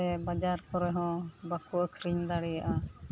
ᱥᱮ ᱵᱟᱡᱟᱨ ᱠᱚᱨᱮ ᱦᱚᱸ ᱵᱟᱠᱚ ᱟᱹᱠᱷᱨᱤᱧ ᱫᱟᱲᱮᱭᱟᱜᱼᱟ